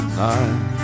night